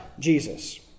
Jesus